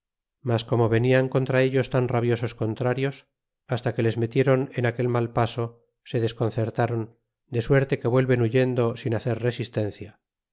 mas como venian contra ellos tan rabiosos contrarios basta que les metiéron en aquel mal paso se desconcertaron de suerte que vuelven huyendo sin hacer resistencia